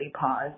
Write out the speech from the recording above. pause